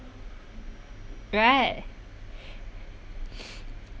right